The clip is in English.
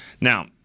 Now